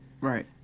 right